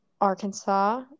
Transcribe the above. Arkansas